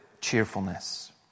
cheerfulness